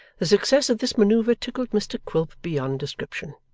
the success of this manoeuvre tickled mr quilp beyond description,